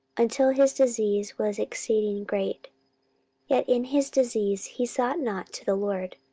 until his disease was exceeding great yet in his disease he sought not to the lord,